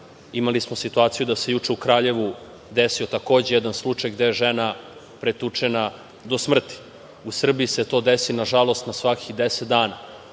imali smo situaciju da se juče u Kraljevu desio takođe jedan slučaj gde je žena pretučena do smrti. U Srbiji se to desi, na žalost, na svakih 10 dana.